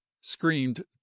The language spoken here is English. screamed